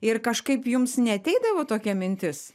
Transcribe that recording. ir kažkaip jums neateidavo tokia mintis